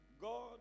God